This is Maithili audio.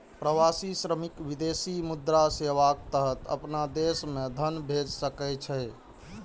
प्रवासी श्रमिक विदेशी मुद्रा सेवाक तहत अपना देश मे धन भेज सकै छै